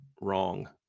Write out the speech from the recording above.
wrong